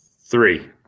Three